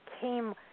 came